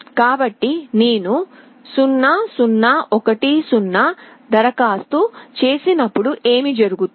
కాబట్టి నేను 0 0 1 0 దరఖాస్తు చేసినప్పుడు ఏమి జరుగుతుంది